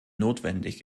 notwendig